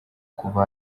kuva